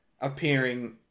appearing